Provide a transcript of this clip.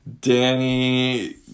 Danny